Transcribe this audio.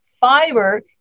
Fiber